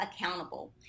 accountable